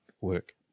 work